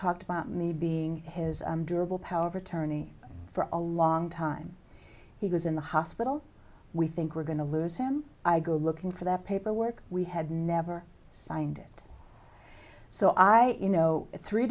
talked about me being his durable power of attorney for a long time he was in the hospital we think we're going to lose him i go looking for that paperwork we had never signed it so i you know three